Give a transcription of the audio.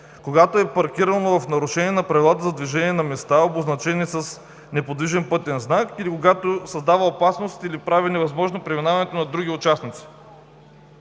когато е паркирано в нарушение на правилата за движение на места, обозначени с неподвижен пътен знак или когато създава опасност, или прави невъзможно преминаването на други участници.“.